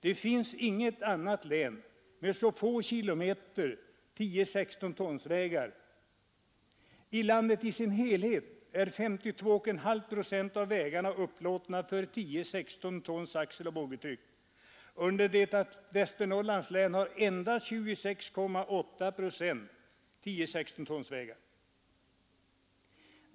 Det finns inget annat län med så få kilometer 10 16 tons axeloch boggitryck under det att Västernorrland har endast 26,8 procent 10/16-tonsvägar.